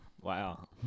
Wow